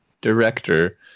director